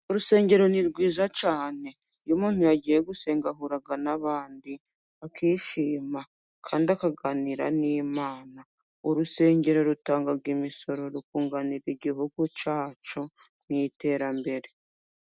Urusengero ni rwiza cyane, iyo umuntu yagiye gusenga ahura n'abandi akishima ,kandi akaganira n' Imana. Urusengero rutanga imisoro rukunganira igihugu cyacu mu iterambere.